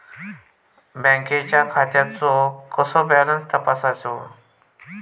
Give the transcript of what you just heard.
बँकेच्या खात्याचो कसो बॅलन्स तपासायचो?